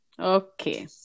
Okay